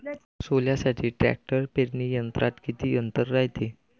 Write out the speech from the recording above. सोल्यासाठी ट्रॅक्टर पेरणी यंत्रात किती अंतर रायते?